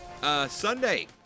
Sunday